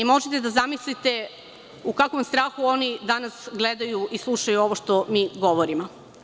Možete da zamislite u kakvom strahu oni danas gledaju i slušaju ovo što mi govorimo.